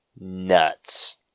nuts